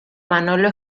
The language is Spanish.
manolo